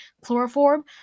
chloroform